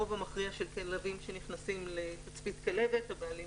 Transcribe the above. הרוב המכריע של כלבים שנכנסים לתצפית כלבת הבעלים